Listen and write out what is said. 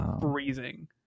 freezing